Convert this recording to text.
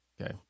Okay